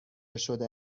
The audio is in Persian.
شده